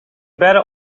beide